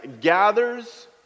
gathers